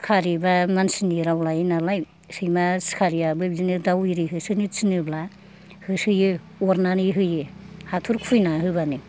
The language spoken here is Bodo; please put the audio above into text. सिखारि बा मानसिनि राव लायो नालाय सैमा सिखारियाबो बिदिनो दाव हिरि होसोनो थिनोब्ला होसोयो अरनानै होयो हाथर खुबैनानै होब्लानो